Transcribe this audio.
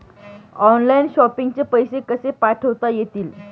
Online shopping चे पैसे कसे पाठवता येतील?